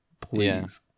Please